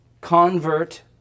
convert